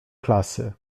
klasy